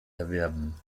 erwerben